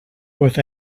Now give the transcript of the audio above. with